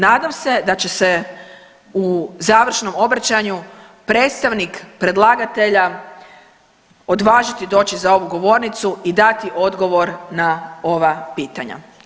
Nadam se da će se u završnom obraćanju predstavnik predlagatelja odvažiti doći za ovu govornicu i dati odgovor na ova pitanja.